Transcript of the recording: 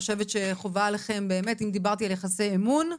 אם דיברתי על יחסי אמון,